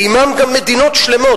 ועמם גם מדינות שלמות,